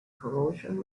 corrosion